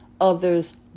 others